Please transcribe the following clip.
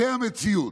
זו המציאות.